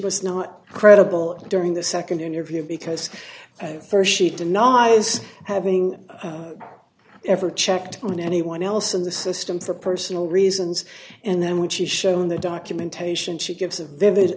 was not credible during the nd interview because at st she denies having ever checked on anyone else in the system for personal reasons and then when she's shown the documentation she gives a vivid